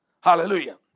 Hallelujah